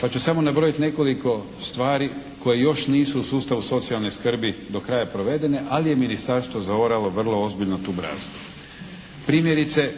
Pa ću samo nabrojiti nekoliko stvari koje još nisu u sustavu socijalne skrbi do kraja provedene, ali je Ministarstvo zaoralo vrlo ozbiljno tu brazdu. Primjerice